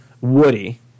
woody